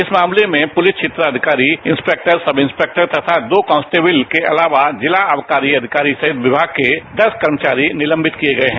इस मामले में पुलिस क्षेत्राधिकारी इंस्पेक्टर सब इंस्पेक्टर तथा दो कांस्टेबल के अलावा जिला आबकारी अधिकारी सहित विभाग के दस कर्मचारी निलंबित किए गए हैं